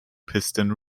piston